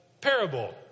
parable